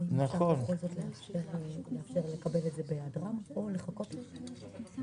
זה נאום בן דקה של חברת כנסת.